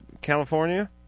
California